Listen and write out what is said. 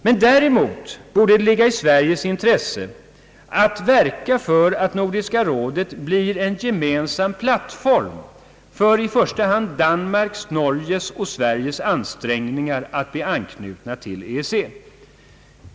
Men däremot borde det ligga i Sveriges intresse att verka för att Nordiska rådet blir en gemensam plattform för i första hand Danmarks, Norges och Sveriges ansträngningar att bli anslutna till EEC.